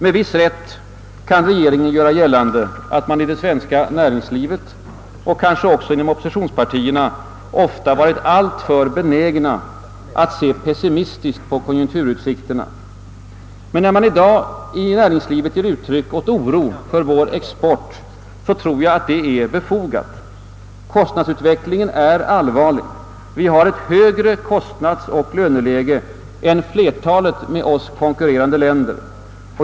Med viss rätt kan regeringen göra gällande att man inom det svenska näringslivet och kanske även inom oppositionspartierna ofta varit alltför benägen att se pessimistiskt på konjunkturutsikterna. Men när man i dag i näringslivet ger uttryck åt oro för vår export tror jag, att det är befogat. Kostnadsutveckling en är allvarlig. Vi har ett högre kostnadsoch löneläge än flertalet med oss konkurrerande länder.